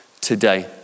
today